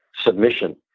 submission